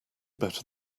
better